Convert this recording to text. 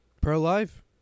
Pro-life